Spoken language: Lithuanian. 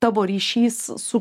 tavo ryšys su